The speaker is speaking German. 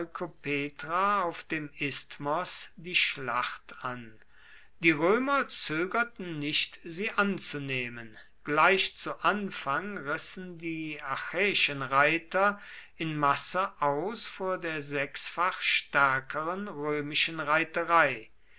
auf dem isthmos die schlacht an die römer zögerten nicht sie anzunehmen gleich zu anfang rissen die achäischen reiter in masse aus vor der sechsfach stärkeren römischen reiterei